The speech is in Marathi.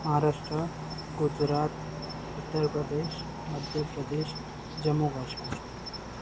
महाराष्ट्र गुजरात उत्तर प्रदेश मध्य प्रदेश जम्मू काश्मीर